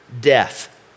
death